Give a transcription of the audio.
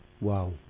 Wow